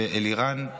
שאלירן,